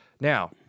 now